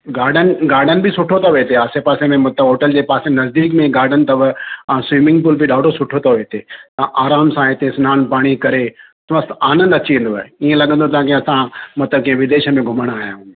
garden garden बि सुठो अथव हिते आसे पासे में मतलबु होटल जे पासे नज़दीक में गार्डन अथव ऐं स्विमिंग पूल बि ॾाढो सुठो अथव हिते तव्हां आरामु सां हिते सनानु पाणी करे मस्तु आनंदु अची वेंदव इअं लॻंदो तव्हांखे असां मतलबु कंहिं विदेश में घुमण आहियां आहियूं